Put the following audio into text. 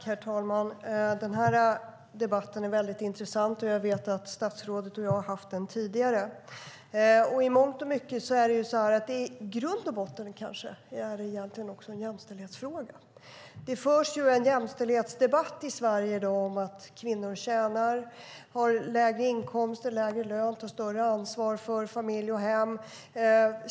Herr talman! Det är en intressant debatt, och statsrådet och jag har haft den tidigare. I grund och botten är det en jämställdhetsfråga. Det förs en jämställdhetsdebatt i Sverige i dag om att kvinnor tjänar mindre än män och tar större ansvar för hem och familj.